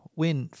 win